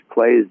plays